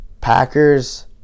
Packers